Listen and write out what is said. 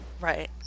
Right